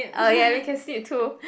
oh ya we can sleep too